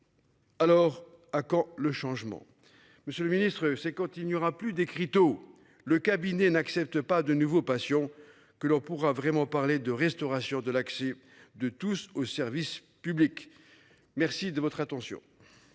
Alors à quand le changement. Monsieur le ministre, c'est continuera plus d'écriteaux le cabinet n'acceptent pas de nouveaux patients que l'on pourra vraiment parler de restauration de l'accès de tous au service public. Merci de votre attention.